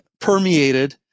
permeated